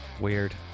Weird